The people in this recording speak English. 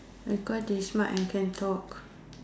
because they smart and can talk